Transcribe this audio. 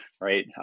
right